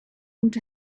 would